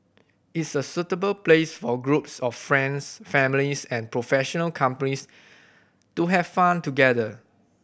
it's a suitable place for groups of friends families and professional companies to have fun together